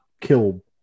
kill